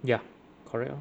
ya correct lor